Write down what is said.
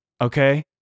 Okay